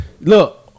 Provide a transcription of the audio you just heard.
Look